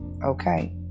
okay